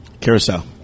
Carousel